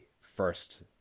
first